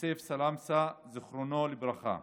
יוסף סלמסה, זיכרונו לברכה,